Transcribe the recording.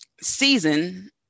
season